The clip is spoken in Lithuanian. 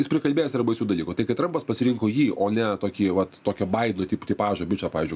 jis prikalbėjęs yra baisių dalykų tai kad trampas pasirinko jį o ne tokį vat tokio baideno tip tipažo bičą pavyzdžiui